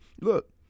look